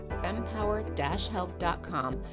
fempower-health.com